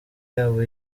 yabo